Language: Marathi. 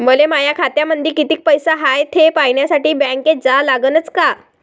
मले माया खात्यामंदी कितीक पैसा हाय थे पायन्यासाठी बँकेत जा लागनच का?